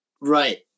Right